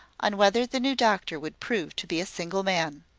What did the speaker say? on whether the new doctor would prove to be a single man.